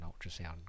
ultrasound